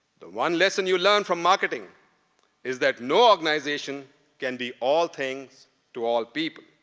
the one lesson you learn from marketing is that no organization can be all things to all people.